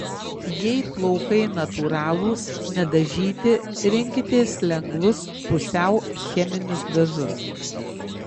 jei plaukai natūralūs nedažyti rinkitės lengvus pusiau cheminius dažus